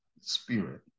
Spirit